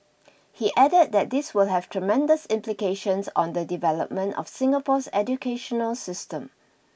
he added that this will have tremendous implications on the development of Singapore's educational system